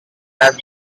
have